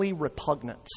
repugnant